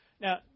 Now